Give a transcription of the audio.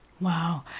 Wow